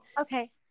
Okay